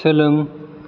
सोलों